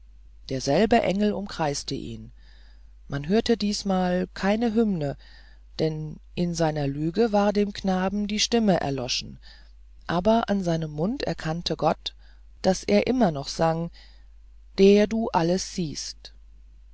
derselbe engel umkreiste ihn man hörte diesmal keine hymne denn in seiner lüge war dem knaben die stimme erloschen aber an seinem mund erkannte gott daß er immer noch sang der du alles siehst